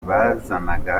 bazanaga